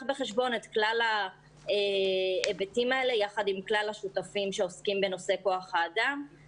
בחשבון את כלל ההיבטים האלה יחד עם כלל השותפים שעוסקים בנושא כוח האדם.